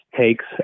takes